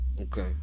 Okay